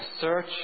Search